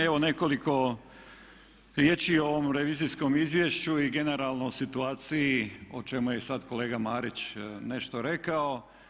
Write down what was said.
Evo nekoliko riječi o ovome revizijskom izvješću i generalno situaciji o čemu je i sad kolega Marić nešto rekao.